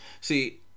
See